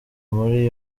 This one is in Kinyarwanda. muri